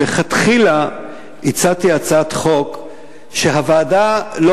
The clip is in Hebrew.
מלכתחילה הצעתי הצעת חוק שהוועדה לא